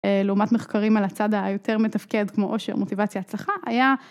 לעומת מחקרים על הצד היותר מתפקד כמו עושר, מוטיבציה, הצלחה היה.